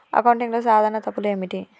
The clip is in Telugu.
అకౌంటింగ్లో సాధారణ తప్పులు ఏమిటి?